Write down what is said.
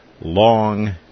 long